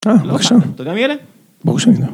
אה בבקשה. אתה יודע מי אלה? ברור שאני יודע.